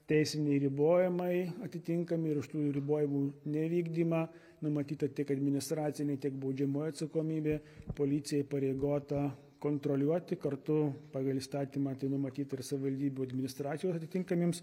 teisiniai ribojimai atitinkami ir už tų jų ribojimų nevykdymą numatyta tiek administracinė tiek baudžiamoji atsakomybė policija įpareigota kontroliuoti kartu pagal įstatymą tai numatyta ir savivaldybių administracijų atitinkamiems